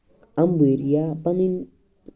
اَمبٕرۍ یا پَنٕنۍ